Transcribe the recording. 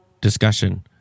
Discussion